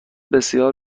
بسیار